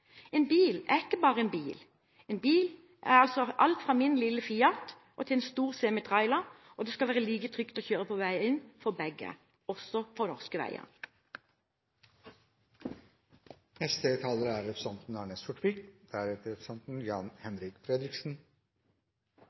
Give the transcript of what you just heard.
En bil er ikke bare en bil, en bil er alt fra min lille Fiat til en stor semitrailer, og det skal være like trygt å kjøre på veien for begge – også på norske veier. Denne debatten er nødvendig. Den er nødvendig ikke bare fordi Norge bygger for